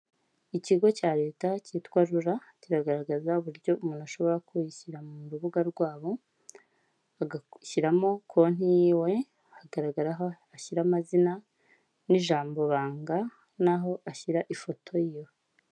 Ikigo cya leta cyitwa RURA kiragaragaza uburyo umuntu ashobora kuyishyira mu rubuga rwabo agashyiramo konti yiwe hagaragara aho ashyira amazina n'ijambo banga naho ashyira ifoto yiwe.